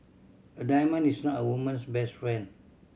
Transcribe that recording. a diamond is not a woman's best friend